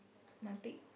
my pig